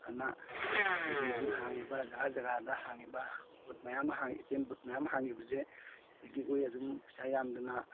ꯑꯅ ꯑꯩꯈꯣꯏꯒꯤ ꯍꯧꯖꯤꯛ ꯍꯥꯡꯏꯕ ꯖꯒꯥ ꯖꯒꯥꯗ ꯍꯥꯡꯏꯕ ꯕꯨꯠ ꯃꯌꯥꯝ ꯑꯦ ꯇꯤ ꯑꯦꯝ ꯕꯨꯠ ꯃꯌꯥꯝ ꯍꯥꯡꯏꯕꯁꯦ ꯁꯤꯗꯒꯤ ꯑꯩꯈꯣꯏ ꯑꯗꯨꯝ ꯄꯩꯁꯥ ꯌꯥꯝꯗꯅ